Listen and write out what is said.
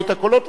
והוא מחליט.